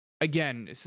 Again